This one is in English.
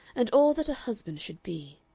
and all that a husband should be.